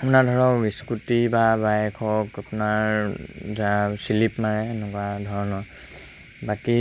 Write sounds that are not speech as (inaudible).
আপোনাৰ ধৰক স্কুটি বা বাইক হওক আপোনাৰ (unintelligible) চিলিপ মাৰে এনেকুৱা ধৰণৰ বাকী